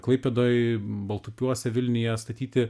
klaipėdoj baltupiuose vilniuje statyti